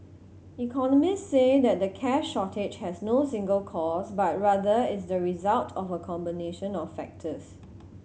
economists say that the cash shortage has no single cause but rather is the result of a combination of factors